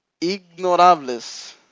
ignorables